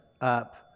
up